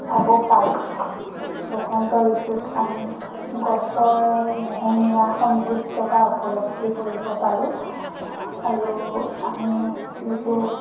চাব পাৰোঁ বসন্ত ঋতুত আমি গছৰ মোহনীয়া সৌন্দৰ্যটা উপলব্ধি কৰিব পাৰোঁ আৰু আমি যিটো